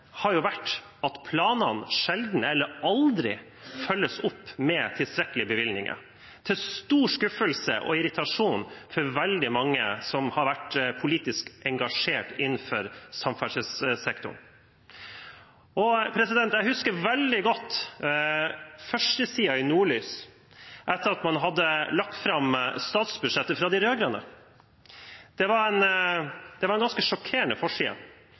har vært at planene sjelden eller aldri følges opp med tilstrekkelige bevilgninger, til stor skuffelse og irritasjon for veldig mange som har vært politisk engasjert innenfor samferdselssektoren. Jeg husker veldig godt førstesiden i Nordlys etter at man hadde lagt fram statsbudsjettet fra de rød-grønne. Det var en ganske sjokkerende forside, og den var sjokkerende